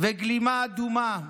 וגלימה אדומה,